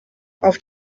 auf